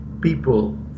people